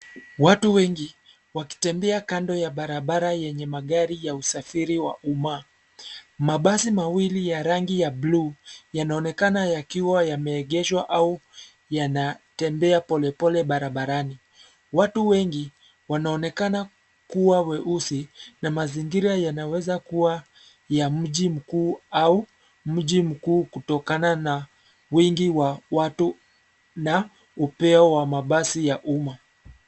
Watu wengi wakitembea kando ya barabara yenye magari ya usafiri wa umma. Mabasi mawili ya rangi ya buluu yanaonekana yakiwa yameegeshwa au yanatembea polepole barabarani. Watu wengi wanaonekana kuwa weusi na mazingira yanaweza kuwa ya mji mkuu au mji mkuu kutokana na wingi wa watu na upeo wa mabasi ya umma.